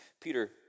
Peter